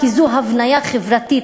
כי זו הבניה חברתית,